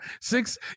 six